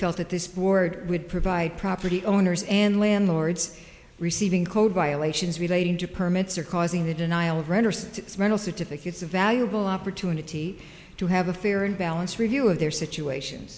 felt that this board would provide property owners and landlords receiving code violations relating to permits or causing the denial of renter sticks rental certificates a valuable opportunity to have a fair and balanced review of their situation